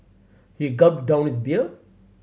he gulped down his beer